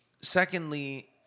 secondly